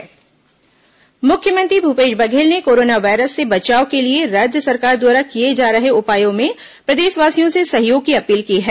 corona virus मुख्यमंत्री appeal मुख्यमंत्री भूपेश बधेल ने कोरोना वायरस से बचाव के लिए राज्य सरकार द्वारा किए जा रहे उपायों में प्रदेशवासियों से सहयोग की अपील की है